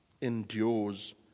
endures